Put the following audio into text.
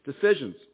decisions